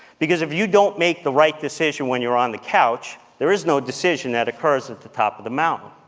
because if you don't make the right decision when you're on the couch, there is no decision that occurs at the top of the mountain.